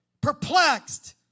perplexed